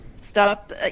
stop